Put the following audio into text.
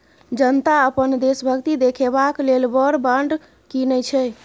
जनता अपन देशभक्ति देखेबाक लेल वॉर बॉड कीनय छै